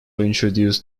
introduced